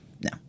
No